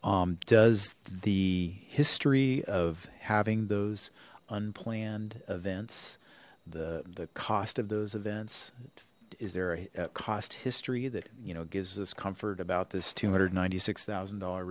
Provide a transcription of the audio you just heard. does the history of having those unplanned events the the cost of those events is there a cost history that you know gives us comfort about this two hundred ninety six thousand dollar